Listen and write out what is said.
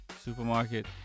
supermarket